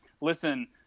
Listen